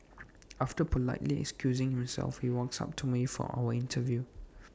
after politely excusing himself he walks up to me for our interview